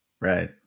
Right